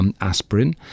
aspirin